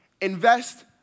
Invest